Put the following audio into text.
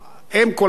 אֵם כל הדתות,